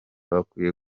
bakwiye